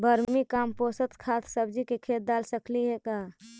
Vermi compost खाद सब्जी के खेत दाल सकली हे का?